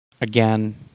Again